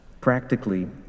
Practically